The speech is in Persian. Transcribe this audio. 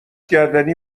گردنی